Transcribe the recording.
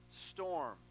storm